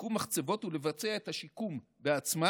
שיקום מחצבות ולבצע את השיקום בעצמה,